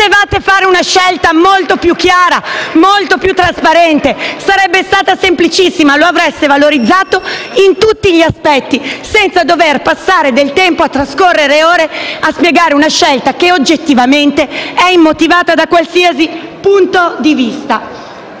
Potevate fare una scelta molto più chiara e più trasparente. Sarebbe stata semplicissima. Lo avreste valorizzato in tutti gli aspetti, senza dover passare del tempo a spiegare una scelta che oggettivamente è immotivata da qualsiasi punto di vista.